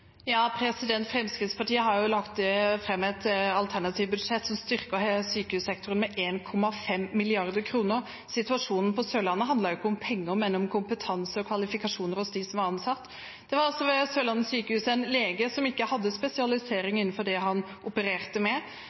Fremskrittspartiet har lagt fram et alternativt budsjett som styrker sykehussektoren med 1,5 mrd. kr. Situasjonen på Sørlandet handlet ikke om penger, men om kompetanse og kvalifikasjoner hos dem som er ansatt. Det var altså ved Sørlandet sykehus en lege som ikke hadde spesialisering innenfor det han opererte med.